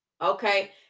Okay